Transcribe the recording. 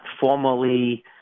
formally